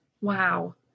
Wow